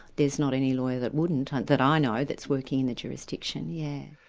there's not any lawyer that wouldn't, ah that i know, that's working in the jurisdiction, yeah